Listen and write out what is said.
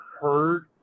heard